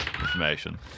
information